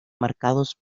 marcados